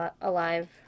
alive